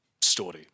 story